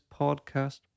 podcast